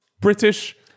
British